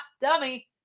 dummy